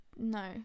No